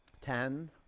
Ten